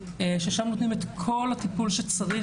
ששם נותנים את כל הטיפול שצריך,